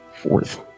Fourth